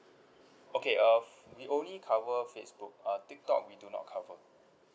okay uh we only cover facebook uh tiktok we do not cover